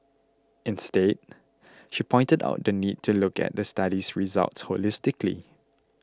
instead she pointed out the need to look at the study's results holistically